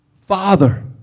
Father